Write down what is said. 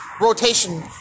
rotation